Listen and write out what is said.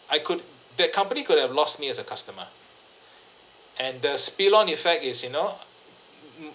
I could that company could have lost me as a customer and the spill on effect is you know